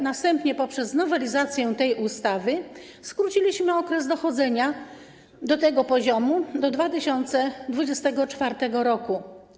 Następnie poprzez nowelizację tej ustawy skróciliśmy okres dochodzenia do tego poziomu do 2024 r.